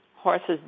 Horses